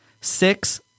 Six